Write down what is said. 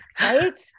right